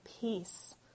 peace